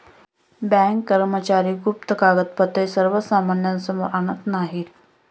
bank कर्मचारी गुप्त कागदपत्रे सर्वसामान्यांसमोर आणत नाहीत